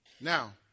Now